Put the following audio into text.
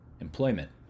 Employment